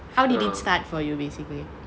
how did it start for you basically